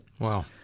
Wow